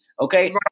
Okay